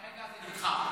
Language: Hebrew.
כרגע זה נדחה.